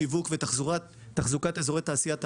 שיווק ותחזוקת אזורי תעשייה ותעסוקה.